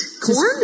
Corn